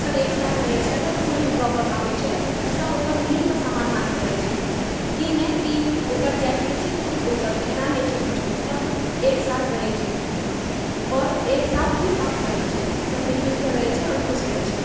सभ एकसाथ रहै छै अगर कोनो एहेन प्रोब्लम आबै छै तऽ ओकर सभ मिलकऽ समाधान करै छै ई नहि की ओकर जाइतके छियै तऽ सिर्फ ओ करतै एना नहि छै किछो सभ एक साथ रहै छै आओर एकसाथ ही काम करै छै सभ मिलजुलि कऽ रहै छै आओर खुश रहै छै